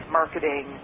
marketing